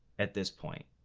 at this point.